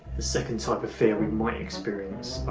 the second type of fear we might experience